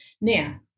Now